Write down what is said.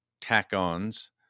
tack-ons